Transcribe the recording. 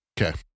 Okay